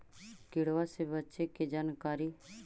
किड़बा से बचे के जानकारी?